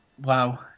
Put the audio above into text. Wow